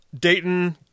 Dayton